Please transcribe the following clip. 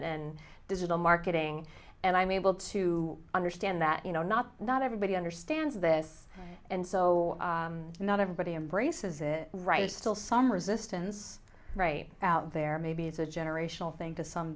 and digital marketing and i'm able to understand that you know not not everybody understands this and so not everybody embraces it right still some resistance rain out there maybe is a generational thing to some